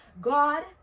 god